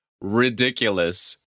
ridiculous